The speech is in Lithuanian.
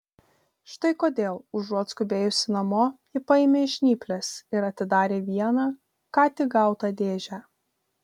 štai kodėl užuot skubėjusi namo ji paėmė žnyples ir atidarė vieną ką tik gautą dėžę